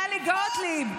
טלי גוטליב?